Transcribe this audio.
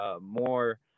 more